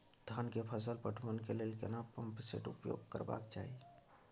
धान के फसल पटवन के लेल केना पंप सेट उपयोग करबाक चाही?